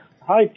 Hi